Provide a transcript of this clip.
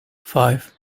five